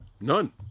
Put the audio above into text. None